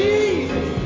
Jesus